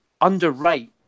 underwrite